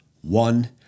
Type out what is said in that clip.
one